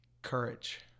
Courage